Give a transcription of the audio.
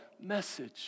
message